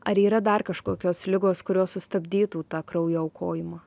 ar yra dar kažkokios ligos kurios sustabdytų tą kraujo aukojimą